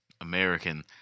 American—